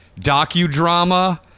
docudrama